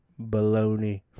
baloney